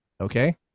okay